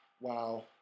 Wow